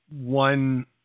one